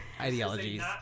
ideologies